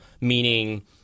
meaning